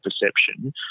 perception